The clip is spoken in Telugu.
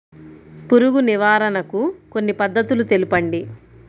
పురుగు నివారణకు కొన్ని పద్ధతులు తెలుపండి?